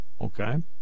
okay